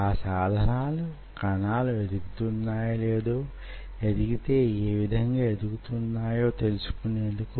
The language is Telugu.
ఈ వూగిసలాట వుత్పత్తి చెందిన శక్తికి సమానమైన నిష్పత్తిని కలిగి వుంటుంది